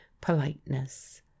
politeness